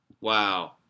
wow